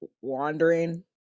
wandering